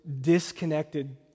disconnected